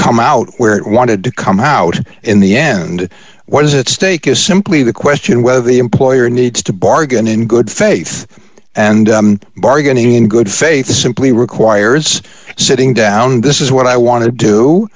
come out where it wanted to come out in the end what is at stake is simply the question whether the employer needs to bargain in good faith and bargaining in good faith or simply requires sitting down this is what i want to do